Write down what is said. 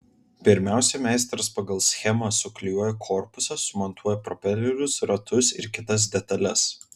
pirmiausia meistras pagal schemą suklijuoja korpusą sumontuoja propelerius ratus ir kitas detales